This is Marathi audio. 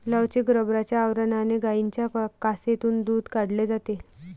लवचिक रबराच्या आवरणाने गायींच्या कासेतून दूध काढले जाते